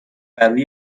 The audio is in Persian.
برروی